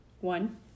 One